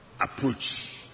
approach